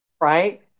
right